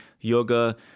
yoga